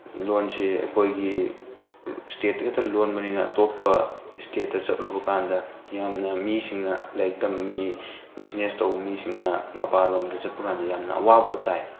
ꯂꯣꯜꯁꯦ ꯑꯩꯈꯣꯏꯒꯤ ꯏꯁꯇꯦꯠꯇ ꯈꯛꯇ ꯂꯣꯟꯕꯅꯤꯅ ꯑꯇꯣꯞꯄ ꯏꯁꯇꯦꯠꯇ ꯆꯠꯂꯨꯕꯀꯥꯟꯗ ꯌꯥꯝꯅ ꯃꯤꯁꯤꯡꯅ ꯂꯥꯏꯔꯤꯛ ꯇꯝꯕ ꯃꯤ ꯕꯤꯖꯤꯅꯦꯁ ꯇꯧꯕ ꯃꯤꯁꯤꯡꯅ ꯃꯄꯥꯜꯂꯣꯝꯗ ꯆꯠꯄꯀꯥꯟꯗ ꯌꯥꯝꯅ ꯑꯋꯥꯕ ꯇꯥꯏ